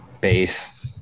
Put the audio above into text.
Base